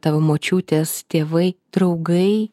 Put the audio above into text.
tavo močiutės tėvai draugai